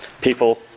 people